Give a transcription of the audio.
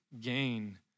gain